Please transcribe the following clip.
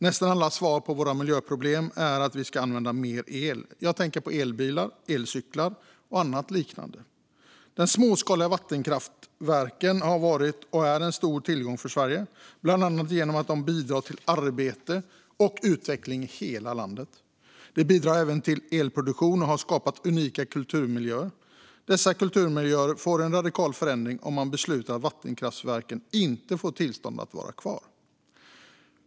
Nästan alla svar på våra miljöproblem är att vi ska använda mer el. Jag tänker på elbilar, elcyklar och annat liknande. De småskaliga vattenkraftverken har varit och är en stor tillgång för Sverige, bland annat genom att de bidrar till arbete och utveckling i hela landet. De bidrar även till elproduktion och har skapat unika kulturmiljöer. Dessa kulturmiljöer får en radikal förändring om man beslutar att vattenkraftverken inte får tillstånd att vara kvar.